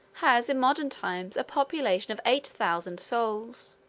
has, in modern times, a population of eight thousand souls.